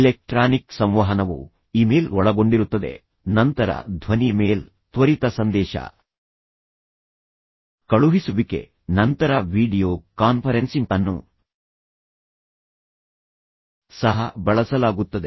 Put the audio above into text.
electronic ಸಂವಹನವು email ಒಳಗೊಂಡಿರುತ್ತದೆ ನಂತರ ಧ್ವನಿ ಮೇಲ್ ತ್ವರಿತ ಸಂದೇಶ ಕಳುಹಿಸುವಿಕೆ ನಂತರ ವೀಡಿಯೊ ಕಾನ್ಫರೆನ್ಸಿಂಗ್ ಅನ್ನು ಸಹ ಬಳಸಲಾಗುತ್ತದೆ